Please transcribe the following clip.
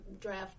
draft